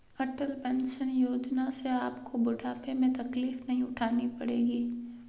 अटल pension योजना से आपको बुढ़ापे में तकलीफ नहीं उठानी पड़ेगी